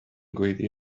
gweiddi